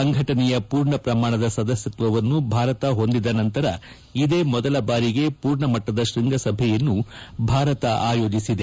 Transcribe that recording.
ಸಂಘಟನೆಯ ಪೂರ್ಣ ಪ್ರಮಾಣದ ಸದಸ್ಯತ್ವವನ್ನು ಭಾರತ ಹೊಂದಿದ ನಂತರ ಇದೇ ಮೊದಲ ಬಾರಿಗೆ ಪೂರ್ಣ ಮಟ್ಟದ ಕೃಂಗಸಭೆಯನ್ನು ಭಾರತ ಆಯೋಜಿಸಿದೆ